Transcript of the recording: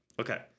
Okay